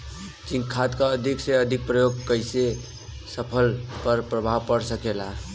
Zinc खाद क अधिक से अधिक प्रयोग कइला से फसल पर का प्रभाव पड़ सकेला?